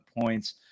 points